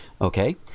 Okay